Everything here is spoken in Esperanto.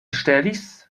ŝtelis